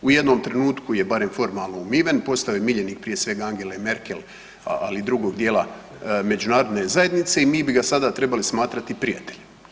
U jednom trenutku je barem formalno umiven, postao je miljenik prije svega Angele Merkel, ali i drugog dijela međunarodne zajednice i mi bi ga sada trebali smatrati prijateljem.